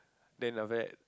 then after that